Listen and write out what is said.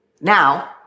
Now